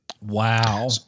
Wow